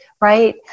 right